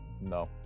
No